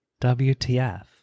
wtf